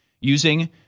using